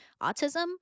autism